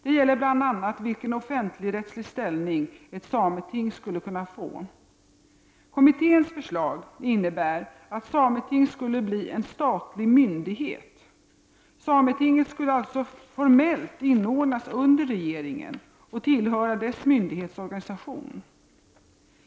Det gäller bl.a. vilken offentligrättslig ställning ett sameting skulle kunna få. Kommitténs förslag innebär att sametinget skulle bli en statlig myndighet. Sametinget skulle alltså formellt inordnas under regeringen och tillhöra dess myndighetsorganisation.